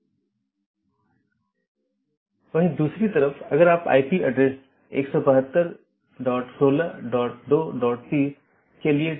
अगला राउटर 3 फिर AS3 AS2 AS1 और फिर आपके पास राउटर R1 है